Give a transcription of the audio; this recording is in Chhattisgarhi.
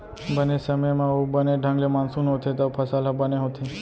बने समे म अउ बने ढंग ले मानसून होथे तव फसल ह बने होथे